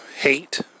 hate